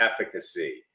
efficacy